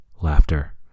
Laughter